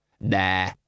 Nah